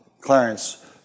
Clarence